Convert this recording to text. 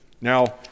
Now